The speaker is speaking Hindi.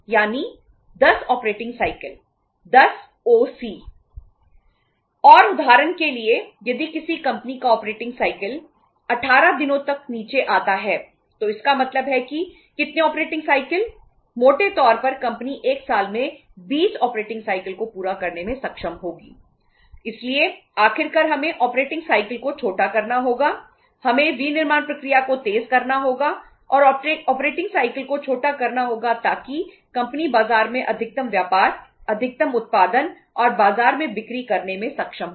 और उदाहरण के लिए यदि किसी कंपनी का ऑपरेटिंग साइकिल को छोटा करना होगा ताकि कंपनी बाजार में अधिकतम व्यापार अधिकतम उत्पादन और बाजार में बिक्री करने में सक्षम हो